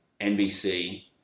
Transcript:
NBC